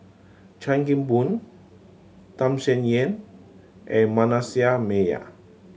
Chan Kim Boon Tham Sien Yen and Manasseh Meyer